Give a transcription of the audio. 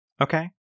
Okay